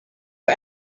for